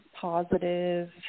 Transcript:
positive